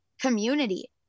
community